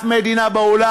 בשום מדינה בעולם,